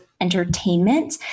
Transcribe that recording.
entertainment